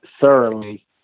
thoroughly